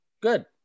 Good